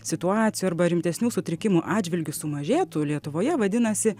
situacijų arba rimtesnių sutrikimų atžvilgiu sumažėtų lietuvoje vadinasi